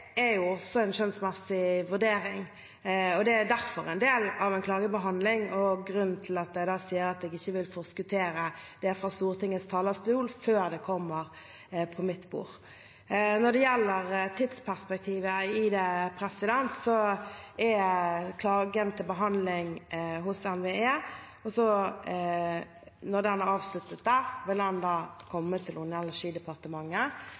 er grunnen til at jeg sier at jeg ikke vil forskuttere det fra Stortingets talerstol før det kommer på mitt bord. Når det gjelder tidsperspektivet, er klagen til behandling hos NVE, og når den er avsluttet der, vil